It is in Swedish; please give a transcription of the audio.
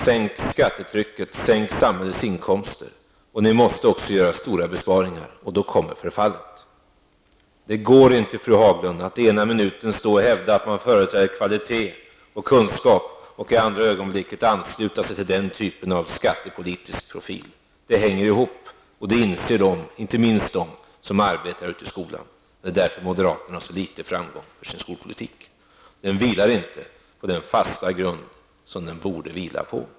Sänk skattetrycket, sänk samhällsinkomsterna och ni måste göra stora besparingar. Då kommer förfallet. Det går inte, fru Haglund, att ena minuten hävda att man företräder kvalitet och kunskap och i andra ögonblicket ansluta sig till den typen av skattepolitisk profil. De hänger ihop. Det inser inte minst de som arbetar ute i skolan. Det är därför moderaterna har så liten framgång med sin skolpolitik. Den vilar inte på den fasta grund som den borde vila på.